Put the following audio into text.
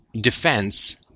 defense